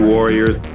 Warriors